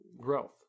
growth